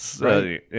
Right